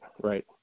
right